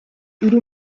hiru